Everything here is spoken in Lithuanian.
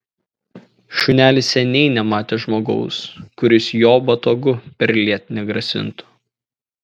šunelis seniai nematė žmogaus kuris jo botagu perliet negrasintų